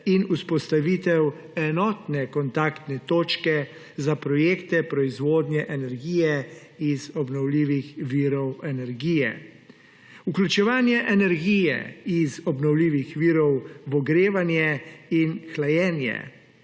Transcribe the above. in vzpostavitev enotne kontaktne točke za projekte proizvodnje energije iz obnovljivih virov energije; vključevanje energije iz obnovljivih virov v ogrevanje in hlajenje